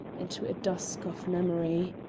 into a dusk of memory!